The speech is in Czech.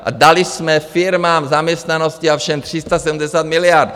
A dali jsme firmám, zaměstnanosti a všem 370 miliard!